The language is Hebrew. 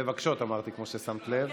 מבקשות, אמרתי, כמו ששמת לב.